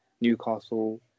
Newcastle